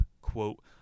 Quote